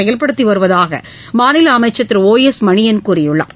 செயல்படுத்தி வருவதாக மாநில அமைச்சர் திரு ஓ எஸ் மணியன் கூறியுள்ளார்